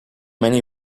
many